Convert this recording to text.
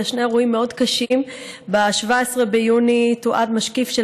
לשני אירועים מאוד קשים: ב-17 ביוני תועד משקיף של